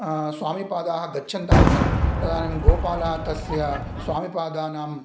स्वामिपादाः गच्छन्तः आसन् तदानीं गोपालः तस्य स्वामिपादानां